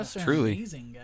truly